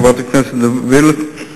חברת הכנסת וילף,